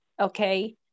okay